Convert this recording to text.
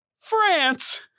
France